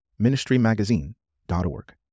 ministrymagazine.org